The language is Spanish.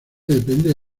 depende